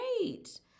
great